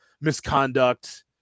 misconduct